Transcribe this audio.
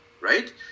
right